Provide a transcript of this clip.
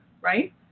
right